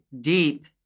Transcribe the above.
deep